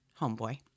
homeboy